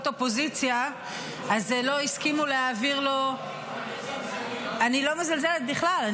באופוזיציה -- אל תזלזלי --- אני לא מזלזלת בכלל,